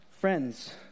Friends